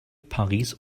paris